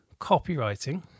copywriting